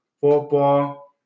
football